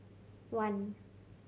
one